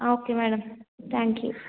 okay madam thank you